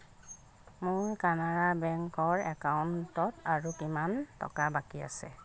মোৰ কানাড়া বেংকৰ একাউণ্টত আৰু কিমান টকা বাকী আছে